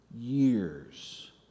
years